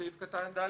בסעיף קטן (ד)(3),